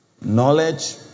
Knowledge